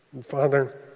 Father